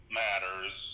matters